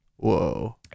Whoa